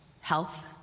health